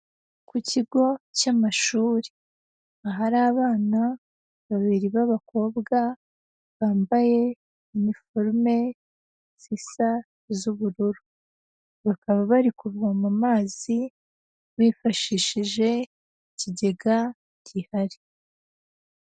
Ku kigo cy'amashuri, ahari abana babiri b'abakobwa bambaye iniforume zisa z'ubururu, bakaba bari kuvoma amazi bifashishije ikigega gihari.